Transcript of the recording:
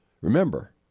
Remember